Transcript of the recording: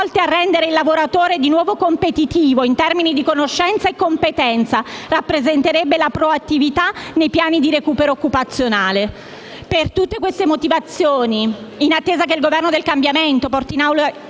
a rendere il lavoratore di nuovo competitivo in termini di conoscenza e competenza, rappresenterebbe la proattività nei piani di recupero occupazionale. Per tutte queste motivazioni, in attesa che il Governo del cambiamento porti in Aula